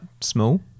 small